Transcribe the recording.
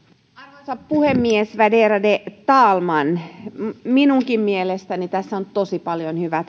arvoisa puhemies värderade talman minunkin mielestäni tässä lakiehdotuksessa on tosi paljon hyvää